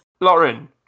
Lauren